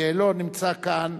יעלון נמצא כאן,